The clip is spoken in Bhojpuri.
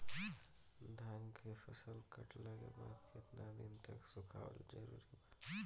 धान के फसल कटला के बाद केतना दिन तक सुखावल जरूरी बा?